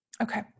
okay